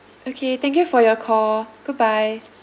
okay thank you for your call goodbye